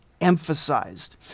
emphasized